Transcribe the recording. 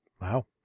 Wow